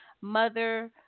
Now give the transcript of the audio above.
mother